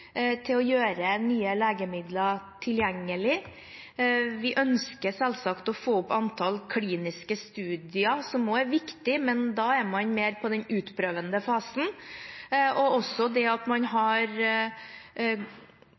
til å gjøre nye legemidler tilgjengelig. Vi ønsker selvsagt å få opp antallet kliniske studier, som er viktig, men da er man mer på den utprøvende fasen. Vi ønsker også at man har